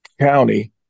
county